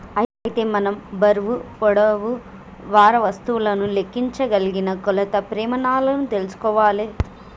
అయితే మనం బరువు పొడవు వారా వస్తువులను లెక్కించగలిగిన కొలత ప్రెమానాలు తెల్సుకోవాలే